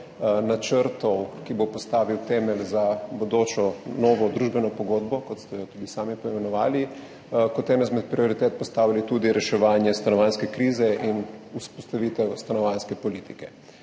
načrtov, ki bo postavil temelj za bodočo novo družbeno pogodbo, kot ste jo tudi sami poimenovali, kot ena izmed prioritet postavili tudi reševanje stanovanjske krize in vzpostavitev stanovanjske politike.